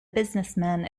businessman